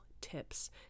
tips